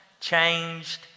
changed